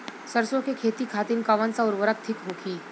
सरसो के खेती खातीन कवन सा उर्वरक थिक होखी?